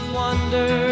wonder